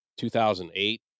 2008